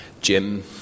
Jim